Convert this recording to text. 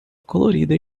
colorida